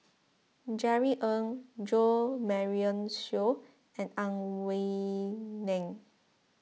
Jerry Ng Jo Marion Seow and Ang Wei Neng